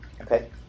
Okay